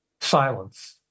silence